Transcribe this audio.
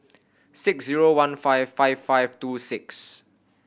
six zero one five five five two six